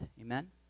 Amen